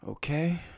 okay